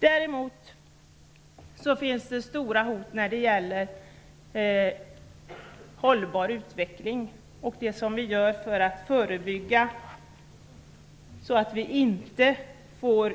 Däremot finns det stora hot när det gäller hållbar utveckling och det som vi gör för att förebygga, så att vi inte får